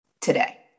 today